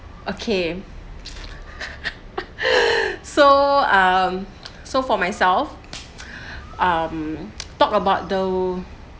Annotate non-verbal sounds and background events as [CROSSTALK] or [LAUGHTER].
okay [LAUGHS] so um so for myself [BREATH] um talk about though